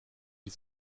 die